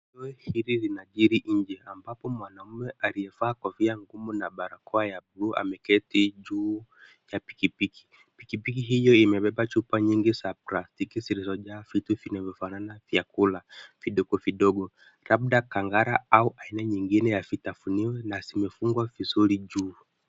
Kituo hiki linajiri nje ambapo mwanaume aliyevaa kofia ngumu na barakoa ya bluu ameketi juu ya pikipiki. Pikipiki hizo imebeba chupa nyingi za plastiki zilizojaa vitu vinavyofanana na vyakula vidogo vidogo labda kang'ata au aina vingine vya vitafunio vizuri juu.